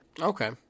Okay